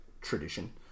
tradition